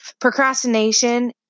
Procrastination